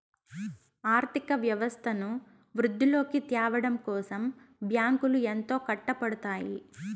ఆర్థిక వ్యవస్థను వృద్ధిలోకి త్యావడం కోసం బ్యాంకులు ఎంతో కట్టపడుతాయి